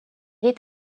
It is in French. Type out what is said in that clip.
est